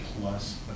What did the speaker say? plus